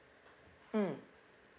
mm